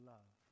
Love